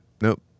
Nope